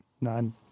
None